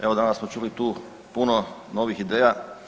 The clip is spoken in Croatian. Evo danas smo čuli tu puno novih ideja.